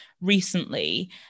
recently